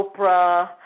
Oprah